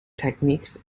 techniques